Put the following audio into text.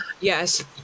Yes